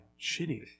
shitty